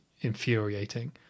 infuriating